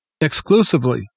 exclusively